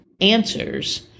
answers